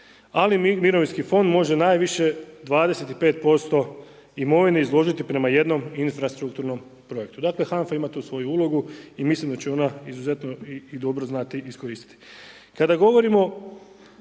Ali mirovinski fond može najviše 25% imovine izložiti prema jednom infrastrukturnom projektu. Dakle HANF-a ima tu svoju ulogu i mislim da će ona izuzetno i dobro znati iskoristiti.